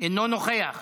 אינו נוכח.